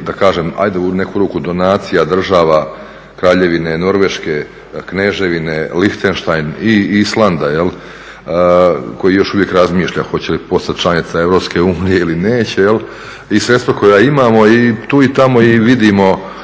da kažem ajde u neku ruku donacija država Kraljevine Norveške, Kneževine Lihtenštajn i Islanda koji još uvijek razmišlja hoće li postati članica EU ili neće, i sredstva koja imamo i tu i tamo vidimo